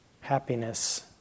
happiness